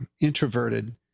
introverted